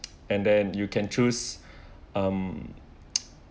and then you can choose um